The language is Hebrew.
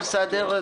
עייפות.